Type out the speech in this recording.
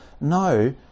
no